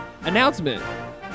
Announcement